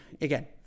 Again